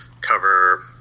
cover